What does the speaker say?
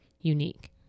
unique